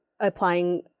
applying